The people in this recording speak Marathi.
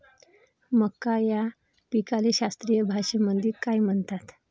मका या पिकाले शास्त्रीय भाषेमंदी काय म्हणतात?